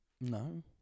No